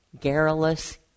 Garrulous